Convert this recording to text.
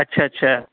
اچھا اچھا